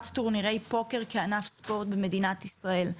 טורנירי פוקר כענף ספורט במדינת ישראל.